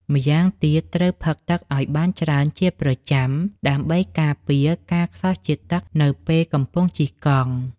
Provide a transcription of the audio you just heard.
ម្យ៉ាងទៀត ត្រូវផឹកទឹកឲ្យបានច្រើនជាប្រចាំដើម្បីការពារការខ្សោះជាតិទឹកនៅពេលកំពុងជិះកង់។